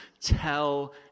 tell